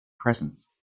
presence